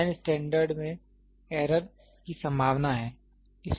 line standard में error की संभावना है